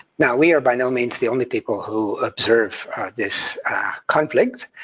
now we are by no means the only people who observe this conflict.